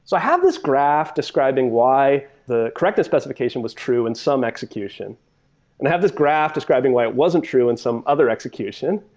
so have this graph describing why the correctness specification was true in some execution and have this graph describing why it wasn't true in some other execution,